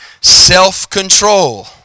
self-control